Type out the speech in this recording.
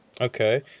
okay